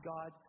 God